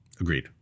Agreed